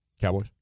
Cowboys